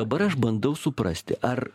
dabar aš bandau suprasti ar